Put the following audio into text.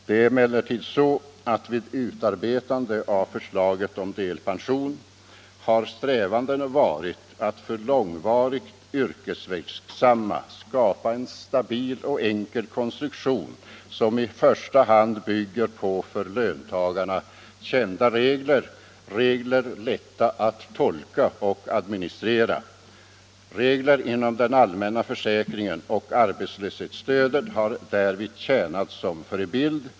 Det är emellertid så att vid utarbetande av förslaget om delpension har strävandena varit att för långvarigt yrkesverksamma skapa en stabil och enkel konstruktion som i första hand bygger på för löntagarna kända regler, som är lätta att tolka och administrera. Reglerna inom allmänna försäkringen och arbetslöshetsstödet har därvid tjänat som förebild.